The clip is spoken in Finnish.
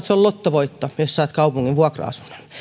se on lottovoitto jos saat kaupungin vuokra asunnon